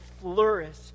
flourish